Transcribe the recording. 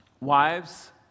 Wives